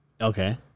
Okay